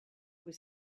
was